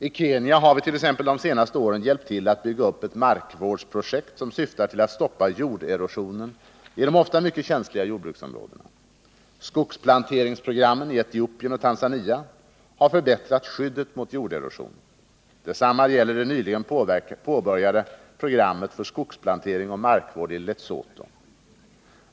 I Kenya har vi t.ex. de senaste åren hjälpt till att bygga upp ett markvårdsprojekt som syftar till att stoppa jorderosionen i de ofta mycket känsliga jordbruksområdena. Skogsplanteringsprogrammen i Etiopien och Tanzania har förbättrat skyddet mot jorderosion. Detsamma gäller det nyligen påbörjade programmet för skogsplantering och markvård i Lesotho.